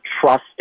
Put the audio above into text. trust